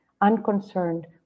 unconcerned